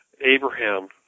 Abraham